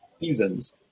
seasons